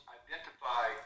identify